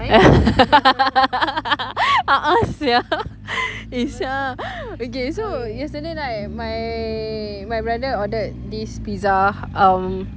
uh uh sia eh !siala! okay so yesterday night my my brother ordered this pizza um